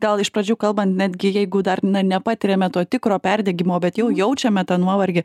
gal iš pradžių kalbant netgi jeigu dar na nepatiriame to tikro perdegimo bet jau jaučiame tą nuovargį